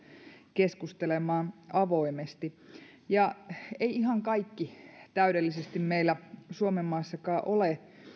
keskustelemaan avoimesti ei ihan kaikki täydellisesti meillä suomenmaassakaan ole